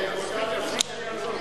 התשע"א 2011,